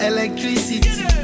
Electricity